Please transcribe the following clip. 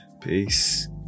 Peace